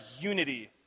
unity